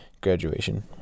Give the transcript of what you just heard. graduation